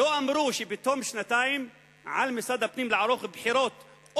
לא אמרו שבתום שנתיים על משרד הפנים לערוך בחירות.